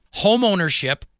homeownership